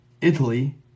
Italy